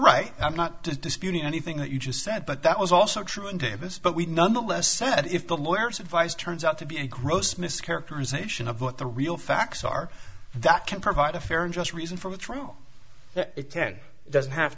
right i'm not disputing anything that you just said but that was also true in davis but we nonetheless said if the lawyers advice turns out to be a gross mischaracterization of what the real facts are that can provide a fair and just reason for me to throw it ten doesn't have